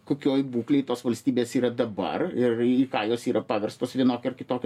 kokioj būklėj tos valstybės yra dabar ir į ką jos yra paverstos vienokia ar kitokia